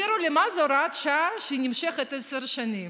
תסבירו לי מה זה הוראת שעה שנמשכת עשר שנים.